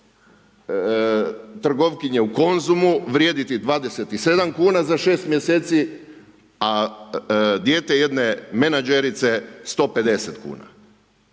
trgovkinje u Konzumu vrijediti 27,00 kn za 6 mjeseci, a dijete jedne menadžerice 150,00 kn.